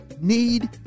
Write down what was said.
need